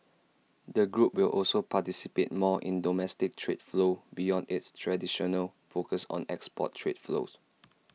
the group will also participate more in domestic trade flows beyond its traditional focus on export trade flows